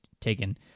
taken